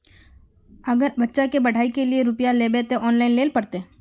अगर बच्चा के पढ़ाई के लिये रुपया लेबे ते ऑनलाइन लेल पड़ते?